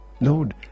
Lord